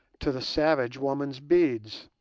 to the savage woman's beads.